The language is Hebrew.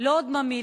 לא עוד ממילא.